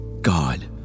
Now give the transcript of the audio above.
God